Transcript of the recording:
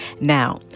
Now